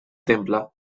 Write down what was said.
temple